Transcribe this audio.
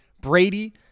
Brady